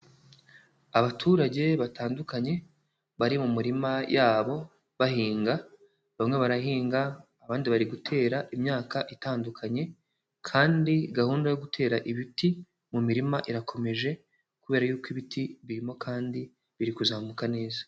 Abaturage batandukanye bari mu mirima yabo, bahinga bamwe barahinga, abandi bari gutera imyaka itandukanye kandi gahunda yo gutera ibiti mu mirima irakomeje kubera yuko ibiti birimo kandi biri kuzamuka neza.